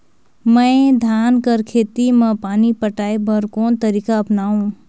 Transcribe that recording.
मैं धान कर खेती म पानी पटाय बर कोन तरीका अपनावो?